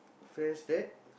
friends that